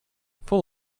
full